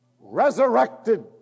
resurrected